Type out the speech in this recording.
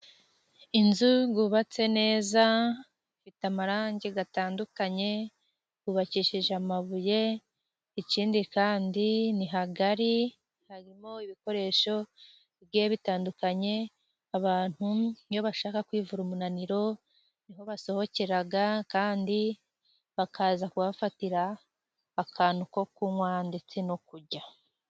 Inzu yubatse neza, ifite amarangi atandukanye, yubakishije amabuye. Ikindi kandi ni hagari, harimo ibikoresho bigiye bitandukanye. Abantu iyo bashaka kwivura umunaniro niho basohokera. Kandi bakaza kuhafatira akantu ko kunywa ndetse no kurya.